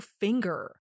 finger